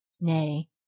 nay